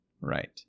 Right